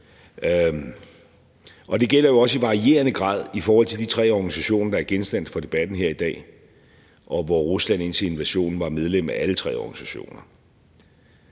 Det gælder jo også i varierende grad i forhold til de tre organisationer, der er genstand for debatten her i dag, og indtil invasionen var Rusland medlem af alle tre organisationer.